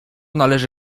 należy